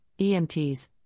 EMTs